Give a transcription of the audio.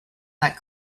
that